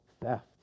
theft